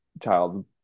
child